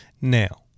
Now